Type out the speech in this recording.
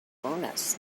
bonus